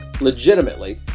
legitimately